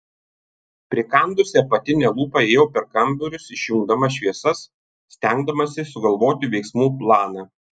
prikandusi apatinę lūpą ėjau per kambarius išjungdama šviesas stengdamasi sugalvoti veiksmų planą